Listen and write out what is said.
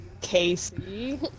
Casey